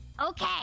okay